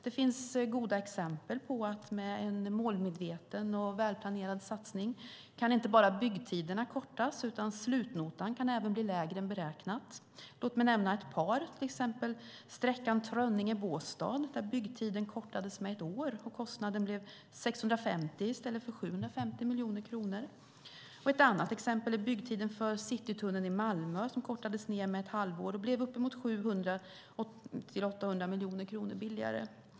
Det finns goda exempel på att en målmedveten och välplanerad satsning inte bara kan korta byggtiderna. Slutnotan kan även bli lägre än beräknat. På sträckan Trönninge-Båstad kortades byggtiden med ett år, och kostnaden blev 650 miljoner kronor i stället för 750. Ett annat exempel är Citytunneln i Malmö. Byggtiden kortades ned med ett halvår, och bygget blev uppemot 700-800 miljoner kronor billigare.